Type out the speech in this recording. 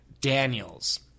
Daniels